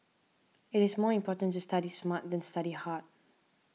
it is more important to study smart than study hard